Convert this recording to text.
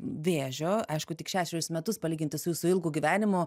vėžio aišku tik šešerius metus palyginti su jūsų ilgu gyvenimu